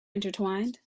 intertwined